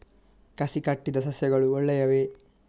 ಕಸಿ ಕಟ್ಟಿದ ಸಸ್ಯಗಳು ಒಳ್ಳೆಯವೇ?